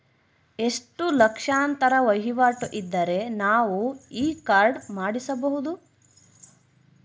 ಎಷ್ಟು ಲಕ್ಷಾಂತರ ವಹಿವಾಟು ಇದ್ದರೆ ನಾವು ಈ ಕಾರ್ಡ್ ಮಾಡಿಸಬಹುದು?